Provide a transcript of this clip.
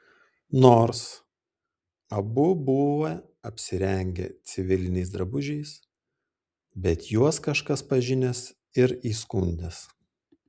nors abu buvę apsirengę civiliniais drabužiais bet juos kažkas pažinęs ir įskundęs